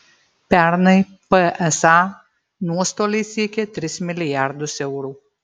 pernai psa nuostoliai siekė tris milijardus eurų